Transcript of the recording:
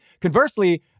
Conversely